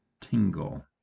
tingle